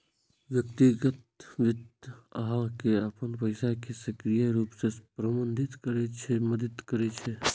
व्यक्तिगत वित्त अहां के अपन पैसा कें सक्रिय रूप सं प्रबंधित करै मे मदति करै छै